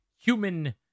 human